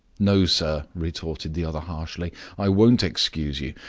no, sir, retorted the other harshly i won't excuse you.